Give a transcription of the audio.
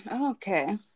okay